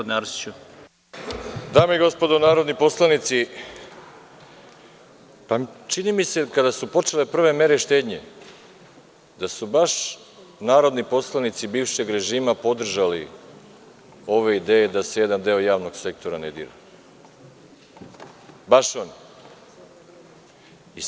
Dame i gospodo narodni poslanici, čini mi se kada su počele prve mere štednje da su baš narodni poslanici bivšeg režima podržali ove ideje da se jedan deo javnog sektora ne dira, baš oni.